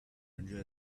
enjoy